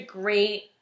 great